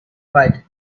fight